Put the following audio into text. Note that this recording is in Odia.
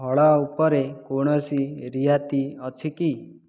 ଫଳ ଉପରେ କୌଣସି ରିହାତି ଅଛି କି